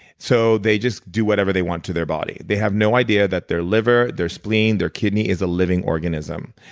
so they just do whatever they want to their body. they have no idea that their liver, their spleen, their kidney is a living organism.